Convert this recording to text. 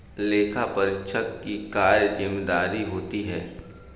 लेखापरीक्षक की क्या जिम्मेदारी होती है?